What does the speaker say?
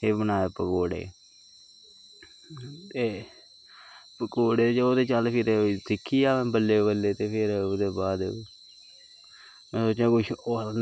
ते बनाए पकौड़े ते पकौड़े ते चल ते ओह् ते सिक्खी गेआ में बल्लें बल्लें ते फिर ओह्दे बाद में सोचेआ किश